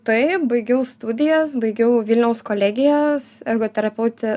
taip baigiau studijas baigiau vilniaus kolegiją ergoterapeutė